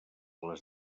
les